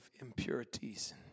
impurities